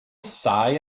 sigh